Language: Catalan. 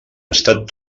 estat